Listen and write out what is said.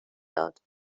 داد